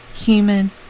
human